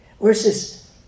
versus